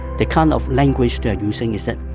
the kind of language they're using is that,